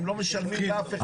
הם לא משלמים לאף אחד.